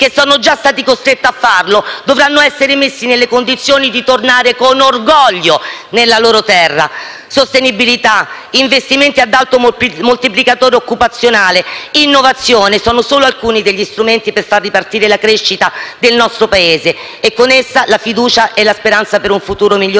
costretti a farlo dovranno essere messi nelle condizioni di tornare con orgoglio nella loro terra. Sostenibilità, investimenti ad alto moltiplicatore occupazionale e innovazione sono solo alcuni degli strumenti per far ripartire la crescita del nostro Paese e con essa la fiducia e la speranza per un futuro migliore e di qualità.